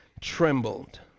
trembled